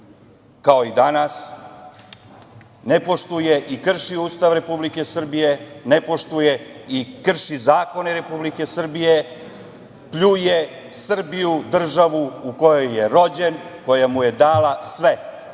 kao i danas, ne poštuje i krši Ustav Republike Srbije, ne poštuje i krši zakone Republike Srbije, pljuje Srbiju, državu u kojoj je rođen, koja mu je dala sve,